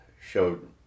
showed